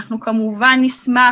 אנחנו כמובן נשמח,